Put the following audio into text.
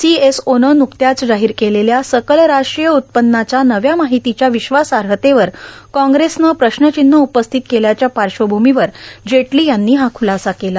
C S O नं न्कत्याच जाहीर केलेल्या सकल राष्ट्रीय उत्पन्नाच्या नव्या मार्ाहतीच्या र्विश्वासाहतेवर काँग्रेसनं प्रश्नाचन्हं उपस्थित केल्याच्या पाश्वभूमीवर जेटलां यांनी हा खुलासा केला